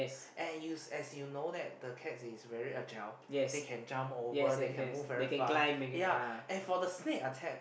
and you as you know that the cats is very agile they can jump over they can move very fast ya and for the snake attack